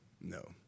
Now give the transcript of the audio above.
No